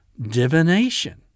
divination